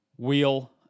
Wheel